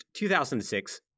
2006